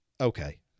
Okay